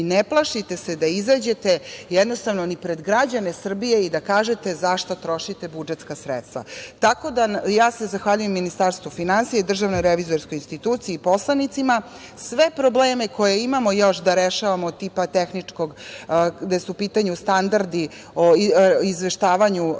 i ne plašite se da izađete jednostavno ni pred građane Srbije i da kažete za šta trošite budžetska sredstva. Ja se zahvaljujem Ministarstvu finansija i DRI i poslanicima. Sve probleme koje imamo još da rešavamo, tehničkog tipa, gde su u pitanju standardi o izveštavanju revizije